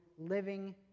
living